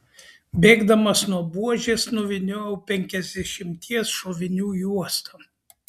bėgdamas nuo buožės nuvyniojau penkiasdešimties šovinių juostą